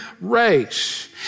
race